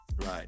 Right